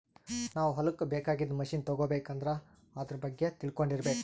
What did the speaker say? ನಾವ್ ಹೊಲಕ್ಕ್ ಬೇಕಾಗಿದ್ದ್ ಮಷಿನ್ ತಗೋಬೇಕ್ ಅಂದ್ರ ಆದ್ರ ಬಗ್ಗೆ ತಿಳ್ಕೊಂಡಿರ್ಬೇಕ್